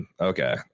Okay